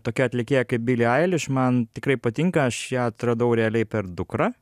tokia atlikėja kaip bili ailiš man tikrai patinka aš ją atradau realiai per dukrą